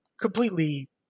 completely